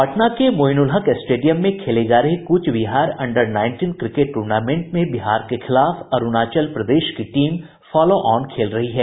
पटना के मोईनुलहक स्टेडियम में खेले जा रहे Cooch Behar under nineteen cricket tournament में बिहार के खिलाफ अरूणाचल प्रदेश की टीम फालोऑन खेल रही है